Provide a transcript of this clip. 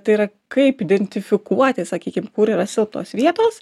tai yra kaip identifikuoti sakykim kur yra silpnos vietos